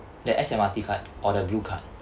the S_M_R_T card or the blue card